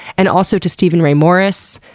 and also to steven ray morris,